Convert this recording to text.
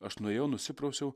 aš nuėjau nusiprausiau